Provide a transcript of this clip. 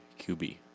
QB